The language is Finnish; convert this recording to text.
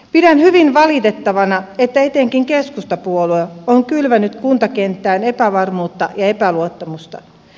pidän hyvin valitettavana että etenkin keskustapuolue on kylvänyt kuntakenttään epävarmuutta ja epäluottamusta